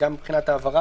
מבחינת המועדים